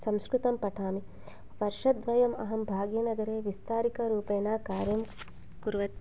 संस्कृतं पठामि वर्षद्वयमहं भाग्यनगरे विस्तारिकरूपेण कार्यं कुर्वत्